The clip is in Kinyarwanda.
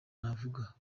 navuga